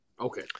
Okay